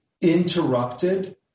interrupted